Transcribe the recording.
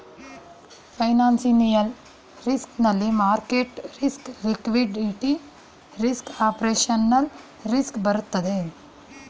financial risk ನಲ್ಲಿ market risk, liquidity risk, operational risk ಬರುತ್ತದೆ